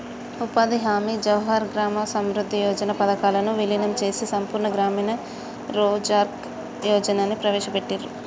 ఉపాధి హామీ, జవహర్ గ్రామ సమృద్ధి యోజన పథకాలను వీలీనం చేసి సంపూర్ణ గ్రామీణ రోజ్గార్ యోజనని ప్రవేశపెట్టిర్రు